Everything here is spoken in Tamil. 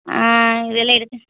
ஆ இதெல்லாம் எடுத்து